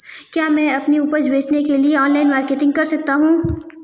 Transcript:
क्या मैं अपनी उपज बेचने के लिए ऑनलाइन मार्केटिंग कर सकता हूँ?